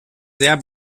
sehr